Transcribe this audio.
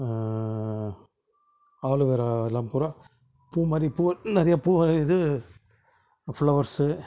aloe vera எல்லாம் பூரா பூ மாதிரி பூ நிறையா பூ விளையிது பிளவர்ஸு